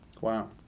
Wow